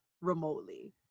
remotely